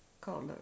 color